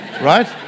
right